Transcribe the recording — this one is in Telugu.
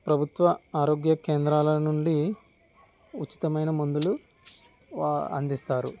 ప్రభుత్వ ఆరోగ్య కేంద్రాల నుండి ఉచితమైన మందులు అందిస్తారు